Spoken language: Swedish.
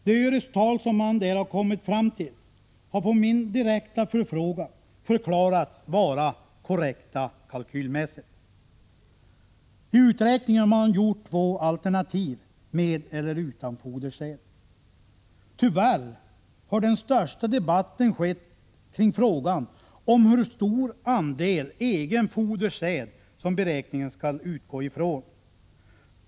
De örestal som man där har kommit fram till har på min direkta förfrågan förklarats vara korrekta kalkylmässigt. I uträkningen har man gjort två alternativ, med eller utan fodersäd. Tyvärr har den största debatten skett kring frågan om hur stor andel egen fodersäd som beräkningen skall utgå ifrån.